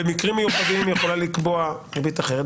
במקרים מיוחדים היא יכולה לקבוע ריבית אחרת,